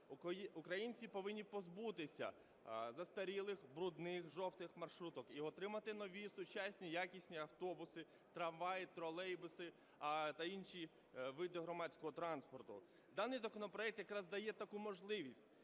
Українці повинні позбутися застарілих брудних жовтих маршруток і отримати нові сучасні якісні автобуси, трамваї, тролейбуси та інші види громадського транспорту. Даний законопроект якраз дає таку можливість,